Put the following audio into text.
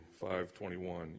5:21